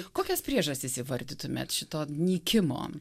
kokias priežastis įvardytumėt šito nykimo